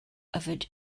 yfed